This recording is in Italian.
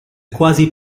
quasi